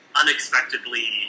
unexpectedly